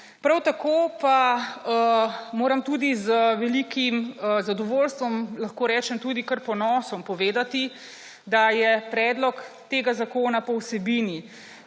Prav tako moram z velikim zadovoljstvom, lahko rečem tudi kar ponosom povedati, da je predlog tega zakona po vsebini